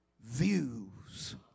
views